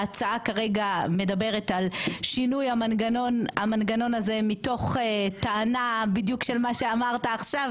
ההצעה כרגע מדברת על שינוי המנגנון הזה מתוך טענה של מה שאמרת עכשיו,